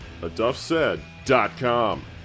aduffsaid.com